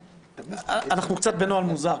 אנחנו קצת בנוהל מוזר,